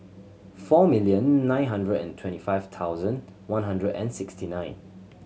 four million nine hundred and twenty five thousand one hundred and sixty nine